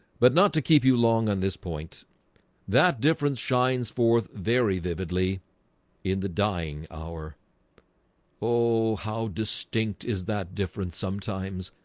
but not to keep you long on this point that difference shines forth very vividly in the dying hour oh how distinct is that difference sometimes?